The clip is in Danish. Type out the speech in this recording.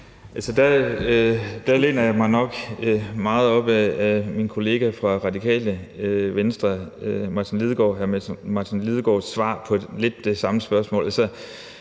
Der læner jeg mig nok meget op ad min kollega fra Radikale Venstres, hr. Martin Lidegaards, svar på lidt det samme spørgsmål.